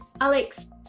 Alex